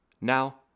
Now